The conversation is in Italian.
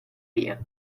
via